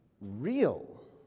real